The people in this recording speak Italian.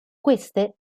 queste